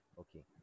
okay